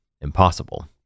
impossible